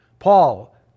Paul